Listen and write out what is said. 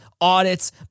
audits